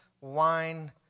wine